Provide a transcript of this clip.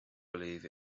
believe